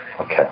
Okay